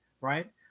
right